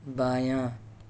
بایاں